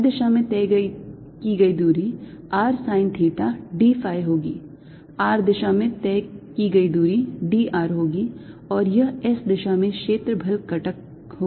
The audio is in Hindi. phi दिशा में तय की गई दूरी r sine theta d phi होगी r दिशा में तय की गई दूरी d r होगी और यह S दिशा में क्षेत्रफल घटक होगा